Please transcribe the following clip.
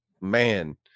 man